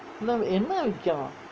என்னா விக்கும்:ennaa vikkum